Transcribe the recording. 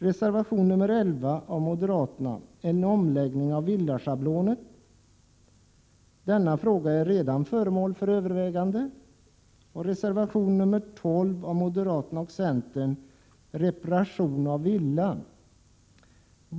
Reservation nr 11 av moderaterna rör en omläggning av villaschablonen. — Prot. 1987/88:126 Denna fråga är redan föremål för övervägande. 25 maj 1988 Reservation nr 12 av moderaterna och centern gäller reparation av villa.